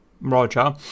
Roger